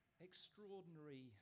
extraordinary